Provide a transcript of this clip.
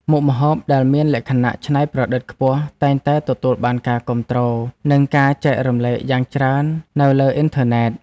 មុខម្ហូបដែលមានលក្ខណៈច្នៃប្រឌិតខ្ពស់តែងតែទទួលបានការគាំទ្រ និងការចែករំលែកយ៉ាងច្រើននៅលើអ៊ីនធឺណិត។